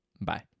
Bye